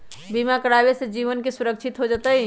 बीमा करावे से जीवन के सुरक्षित हो जतई?